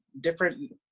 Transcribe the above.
different